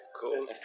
Cool